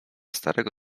starego